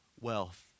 wealth